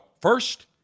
first